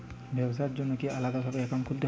ব্যাবসার জন্য কি আলাদা ভাবে অ্যাকাউন্ট খুলতে হবে?